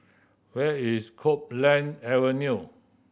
where is Copeland Avenue